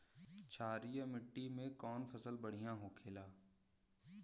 क्षारीय मिट्टी में कौन फसल बढ़ियां हो खेला?